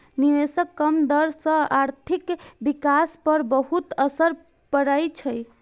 निवेशक कम दर सं आर्थिक विकास पर बहुत असर पड़ै छै